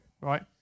right